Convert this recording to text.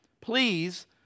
please